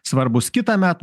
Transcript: svarbūs kitąmet